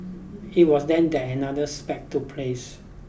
it was then that another spat took place